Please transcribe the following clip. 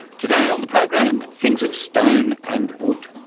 today on the program, things of stone and wood,